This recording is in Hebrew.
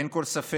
אין כל ספק